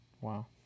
Wow